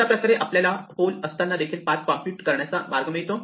अशा प्रकारे आपल्याला होल असताना देखील पाथ कॉम्प्युट करण्याचा मार्ग मिळतो